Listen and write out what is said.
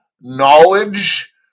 knowledge